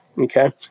okay